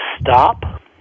stop